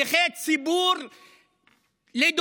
שליחי ציבור לדוגמה,